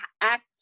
act